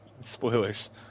spoilers